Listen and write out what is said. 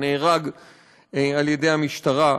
שנהרג על ידי המשטרה,